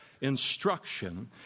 instruction